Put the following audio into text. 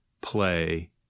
play